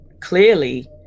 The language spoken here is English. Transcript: clearly